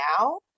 now